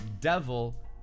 devil